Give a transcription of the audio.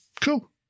Cool